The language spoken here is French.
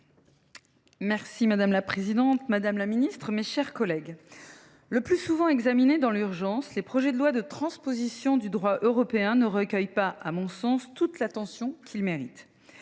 Madame la présidente, madame la secrétaire d’État, mes chers collègues, le plus souvent examinés dans l’urgence, les projets de loi de transposition du droit européen ne recueillent pas, à mon sens, toute l’attention qu’ils méritent.